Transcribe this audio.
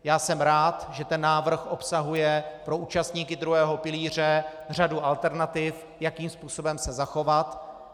Já jsem rád, že ten návrh obsahuje pro účastníky druhého pilíře řadu alternativ, jakým způsobem se zachovat.